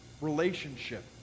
relationship